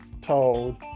told